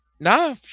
Nah